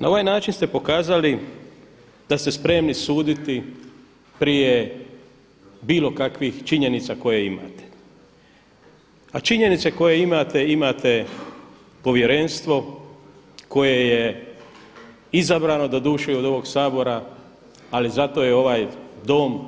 Na ovaj način ste pokazali da ste spremni suditi prije bilo kakvih činjenica koje imate a činjenice koje imate imate povjerenstvo koje je izabrano doduše i od ovog Sabora ali zato je ovaj Dom